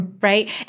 Right